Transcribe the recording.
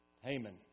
Haman